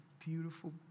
beautiful